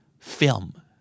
Film